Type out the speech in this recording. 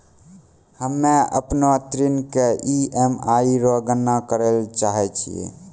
हम्म अपनो ऋण के ई.एम.आई रो गणना करैलै चाहै छियै